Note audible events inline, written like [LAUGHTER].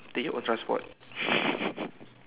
take your own transport [BREATH]